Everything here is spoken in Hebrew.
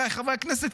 חבריי חברי הכנסת,